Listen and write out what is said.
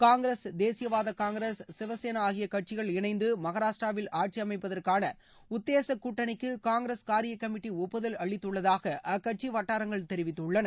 காங்கிரஸ் தேசியவாத காங்கிரஸ் சிவசேனா ஆகிய கட்சிகள் இணைந்து மகாராஷ்டிராவில் ஆட்சி அமைப்பதற்காள உத்தேச கூட்டணிக்கு காங்கிரஸ் காரிய கமிட்டி ஒப்புதல் அளித்துள்ளதாக அக்கட்சி வட்டாரங்கள் தெரிவித்துள்ளன